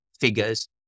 figures